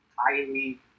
highly